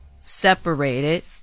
separated